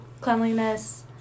cleanliness